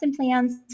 plans